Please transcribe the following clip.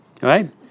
Right